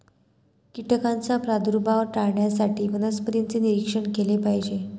कीटकांचा प्रादुर्भाव टाळण्यासाठी वनस्पतींचे निरीक्षण केले पाहिजे